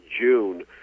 June